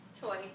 choice